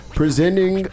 presenting